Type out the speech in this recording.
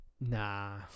Nah